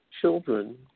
children